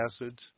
acids